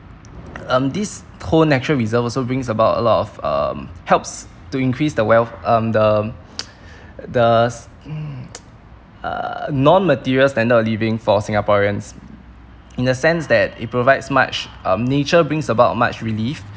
um this whole natural reserve also brings about a lot of um helps to increase the wealth um the the mm uh non material standard of living for singaporeans in the sense that it provides much um nature brings about much relief